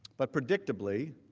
but predictably,